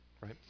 right